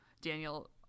Daniel